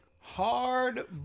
hard